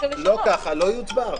לא ככה, לא יוצבע.